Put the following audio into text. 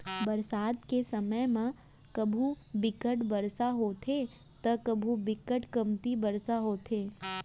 बरसात के समे म कभू बिकट बरसा होथे त कभू बिकट कमती बरसा होथे